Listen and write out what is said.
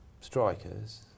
strikers